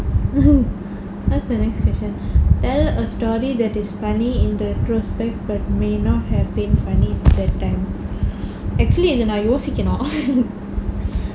what's the next question tell a story that is funny in retrospect but may not have been funny at that time actually இத நா யோசிக்கணும்:itha naa yosikkanum